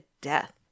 death